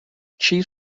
chief